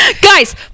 Guys